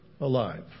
alive